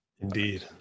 Indeed